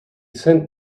sent